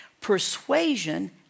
Persuasion